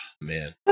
man